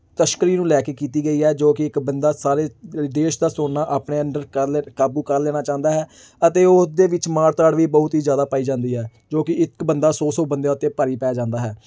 ਤਸਕਰੀ ਨੂੰ ਲੈ ਕੇ ਕੀਤੀ ਗਈ ਹੈ ਜੋ ਕਿ ਇੱਕ ਬੰਦਾ ਸਾਰੇ ਅ ਦੇਸ਼ ਦਾ ਸੋਨਾ ਆਪਣੇ ਅੰਡਰ ਕਰ ਲੈ ਕਾਬੂ ਕਰ ਲੈਣਾ ਚਾਹੁੰਦਾ ਹੈ ਅਤੇ ਉਹਦੇ ਵਿੱਚ ਮਾਰ ਧਾੜ ਵੀ ਬਹੁਤ ਹੀ ਜ਼ਿਆਦਾ ਪਾਈ ਜਾਂਦੀ ਹੈ ਜੋ ਕਿ ਇੱਕ ਬੰਦਾ ਸੌ ਸੌ ਬੰਦਿਆਂ ਉੱਤੇ ਭਾਰੀ ਪੈ ਜਾਂਦਾ ਹੈ